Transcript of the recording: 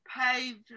paved